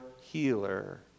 healer